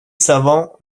savants